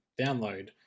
download